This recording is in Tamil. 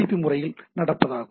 நெறிமுறையில் நடப்பதாகும்